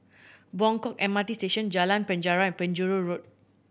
Buangkok M R T Station Jalan Penjara Penjuru Road